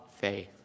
faith